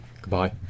Goodbye